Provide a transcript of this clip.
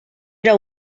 era